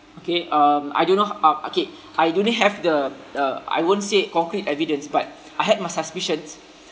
okay um I don't know uh okay I only have the uh I won't say concrete evidence but I had my suspicions